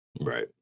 Right